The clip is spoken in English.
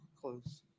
Close